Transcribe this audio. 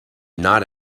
not